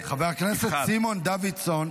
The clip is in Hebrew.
חבר הכנסת סימון דוידסון,